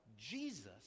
Jesus